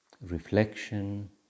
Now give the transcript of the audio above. reflection